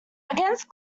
against